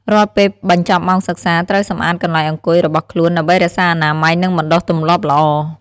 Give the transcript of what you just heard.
រាល់ពេលបញ្ចប់ម៉ោងសិក្សា ត្រូវសម្អាតកន្លែងអង្គុយរបស់ខ្លួន ដើម្បីរក្សាអនាម័យ និងបណ្ដុះទម្លាប់ល្អ។